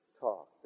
talk